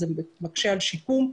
זה מקשה על שיקום.